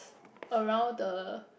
around the